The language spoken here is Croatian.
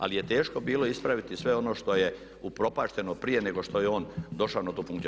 Ali je teško bilo ispraviti sve ono što je upropašteno prije nego što je on došao na tu funkciju.